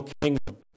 kingdom